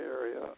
area